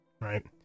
right